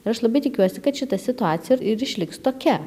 ir aš labai tikiuosi kad šita situacija ir išliks tokia